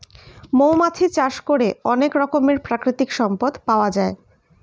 মৌমাছি চাষ করে অনেক রকমের প্রাকৃতিক সম্পদ পাওয়া যায়